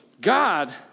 God